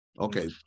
Okay